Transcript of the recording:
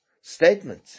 statement